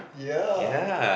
yeah